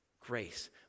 grace